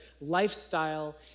lifestyle